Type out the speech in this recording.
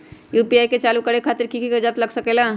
UPI के चालु करे खातीर कि की कागज़ात लग सकेला?